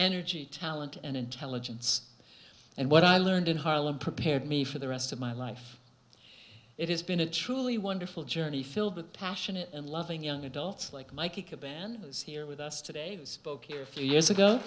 energy talent and intelligence and what i learned in harlem prepared me for the rest of my life it has been a truly wonderful journey filled with passionate and loving young adults like my cabanas here with us today spoke here four years ago